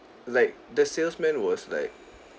like the salesman was like